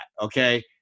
Okay